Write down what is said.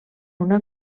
una